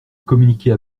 communiquer